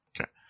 Okay